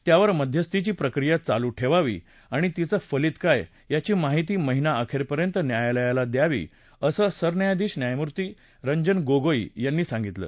त्यावर मध्यस्थीची प्रक्रिया चालू ठेवावी आणि तिचं फलित काय याची माहिती महिनाअखेरपर्यंत न्यायालयाला द्यावी असं सरन्यायाधीश न्यायमूर्ती रंजन गोगोई यांनी सांगितलं